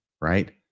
right